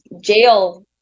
jail